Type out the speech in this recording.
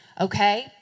Okay